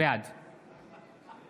בעד מכלוף